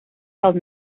held